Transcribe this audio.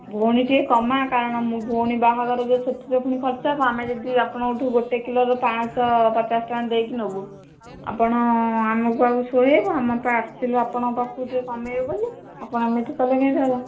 ଭଉଣୀ ଟିକେ କମା କାରଣ ମୋ ଭଉଣୀ ବାହାଘର ଯେ ସେଥିରେ ଫୁଣି ଖର୍ଚ୍ଚ ହବ ଆମେ ଯଦି ଆପଣଙ୍କଠୁ ଗୋଟେ କିଲୋର ପାଞ୍ଚଶହ ପଚାଶ ଟଙ୍କା ଦେଇକି ନବୁ ଆପଣ ଆମକୁ ଆଉ ସୁହାଇବ ଆମେ ପା ଆସିଥିଲୁ ଆପଣଙ୍କ ପାଖକୁ ଟିକେ କମାଇବେ ବୋଲି ଆପଣ ଏମିତି କଲେ କେମିତି ହେବ